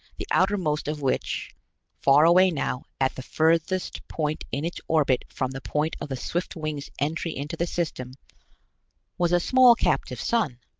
the outermost of which far away now, at the furthest point in its orbit from the point of the swiftwing s entry into the system was a small captive sun.